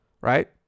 right